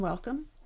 Welcome